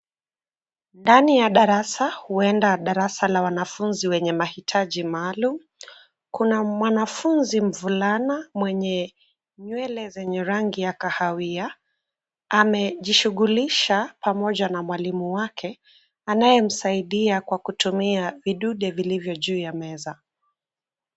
Ndani ya darasa, huenda darasa la wanafunzi wenye mahitaji maalumu, kuna mwanafunzi mvulana mwenye nywele zenye rangi ya kahawia, amejishughulisha pamoja na mwalimu wake, anayemsaidia kwa kutumia vidude vilivyo juu ya meza.